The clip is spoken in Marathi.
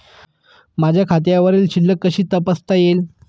माझ्या खात्यावरील शिल्लक कशी तपासता येईल?